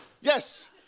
Yes